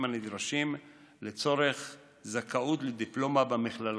הנדרשים לצורך זכאות לדיפלומה במכללות: